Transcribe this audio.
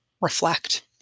reflect